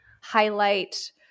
highlight